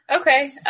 Okay